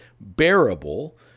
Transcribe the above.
bearable